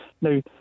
Now